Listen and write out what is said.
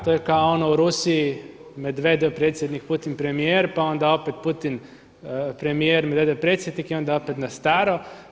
To je kao ono u Rusiji Medvjedev predsjednik, Putin premijer pa onda opet Putin premijer, Medvjedev predsjednik i onda opet na staro.